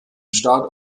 start